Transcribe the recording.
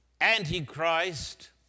antichrist